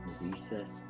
Recess